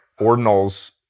ordinals